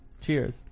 Cheers